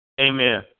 Amen